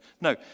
No